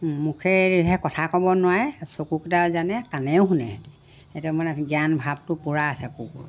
মুখেৰেহে কথা ক'ব নোৱাৰে চকুকেইটাও জানে কানেৰেও শুনে এতিয়া মানে জ্ঞান ভাৱটো পূৰা আছে কুকু